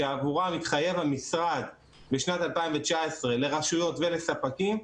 שעבורם התחייב המשרד בשנת 2019 לרשויות ולספקים,